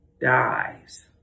dies